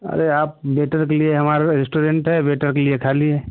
अरे आप वेटर के लिए हमारा रेस्टूरेंट है वेटर के लिए खाली है